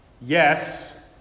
Yes